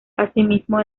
asimismo